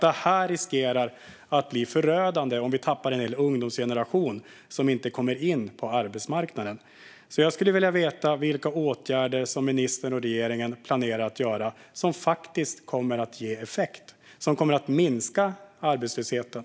Det vore förödande om vi tappar en hel ungdomsgeneration som inte kommer in på arbetsmarknaden. Jag skulle vilja veta vilka åtgärder ministern och regeringen planerar att göra som kommer att ge effekt och som kommer att minska arbetslösheten.